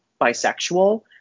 bisexual